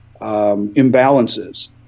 imbalances